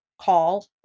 call